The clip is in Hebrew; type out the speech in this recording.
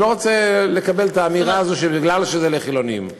אני לא רוצה לקבל את האמירה שזה מפני שזה לחילונים.